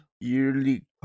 yearly